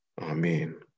Amen